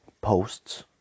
posts